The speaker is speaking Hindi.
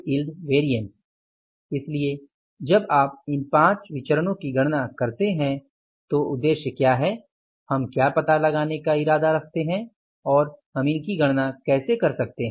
इसलिए जब आप इन 5 विचरणो की गणना करते हैं तो उद्देश्य क्या है हम क्या पता लगाने का इरादा रखते हैं और हम इनकी गणना कैसे कर सकते हैं